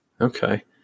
Okay